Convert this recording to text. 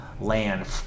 land